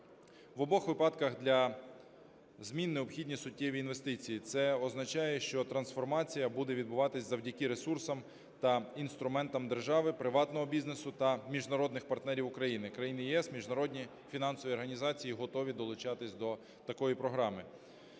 В обох випадках для змін необхідні суттєві інвестиції. Це означає, що трансформація буде відбуватися завдяки ресурсам та інструментам держави, приватного бізнесу та міжнародних партнерів України. Країни ЄС, міжнародні фінансові організації готові долучатися до такої програми.